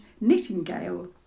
Nightingale